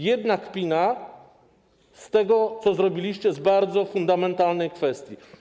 Jedna kpina z tego, co zrobiliście z bardzo fundamentalnej kwestii.